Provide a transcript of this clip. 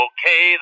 Okay